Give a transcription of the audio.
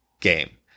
game